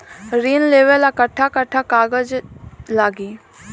ऋण लेवेला कट्ठा कट्ठा कागज लागी?